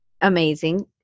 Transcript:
amazing